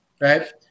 right